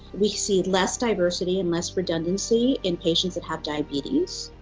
we see less diversity and less redundancy in patients that have diabetes,